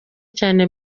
cyane